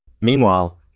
Meanwhile